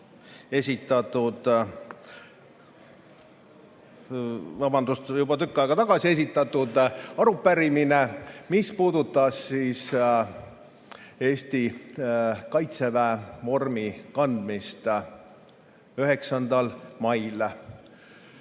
saali jõudnud juba tükk aega tagasi esitatud arupärimine, mis puudutab Eesti kaitseväe vormi kandmist 9. mail.